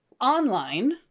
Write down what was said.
online